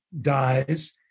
dies